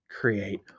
create